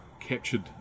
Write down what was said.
captured